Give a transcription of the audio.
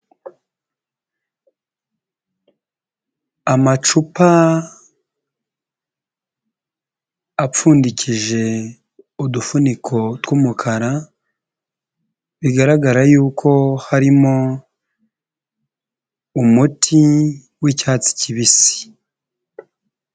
Amacupa apfundikije udufuniko tw'umukara bigaragara yuko harimo umuti w'icyatsi kibisi.